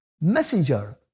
messenger